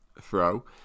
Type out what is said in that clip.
throw